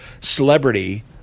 celebrity